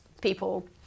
people